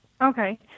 Okay